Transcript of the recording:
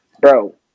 bro